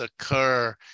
occur